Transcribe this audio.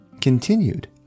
continued